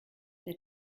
der